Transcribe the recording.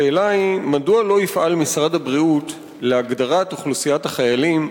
השאלה היא: מדוע לא יפעל משרד הבריאות להגדרת אוכלוסיית החיילים,